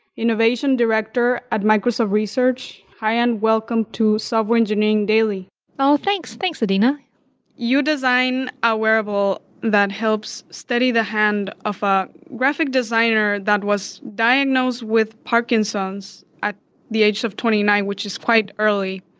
innovation director at microsoft research. hayan, welcome to software engineering daily thanks thanks adena you designed a wearable that helps study the hand of a graphic designer that was diagnosed with parkinson's at the age of twenty nine which is quite early.